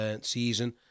season